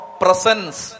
presence